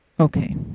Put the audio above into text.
Okay